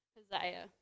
Hosea